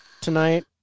tonight